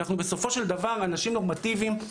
אנחנו בסופו של דבר אנשים נורמטיביים.